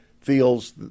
feels